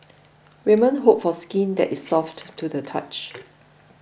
women hope for skin that is soft to the touch